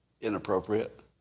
inappropriate